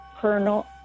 Colonel